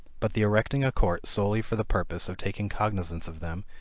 but the erecting a court solely for the purpose of taking cognizance of them,